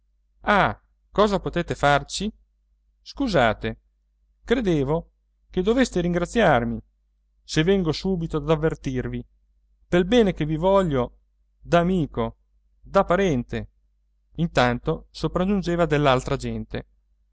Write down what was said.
ah cosa potete farci scusate credevo che doveste ringraziarmi se vengo subito ad avvertirvi pel bene che vi voglio da amico da parente intanto sopraggiungeva dell'altra gente